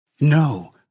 No